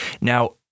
Now